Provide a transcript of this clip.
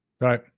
Right